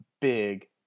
big